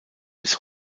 bis